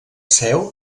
seu